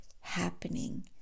happening